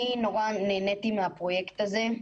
אני נורא נהניתי מהפרויקט הזה.